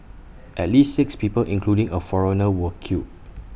at least six people including A foreigner were killed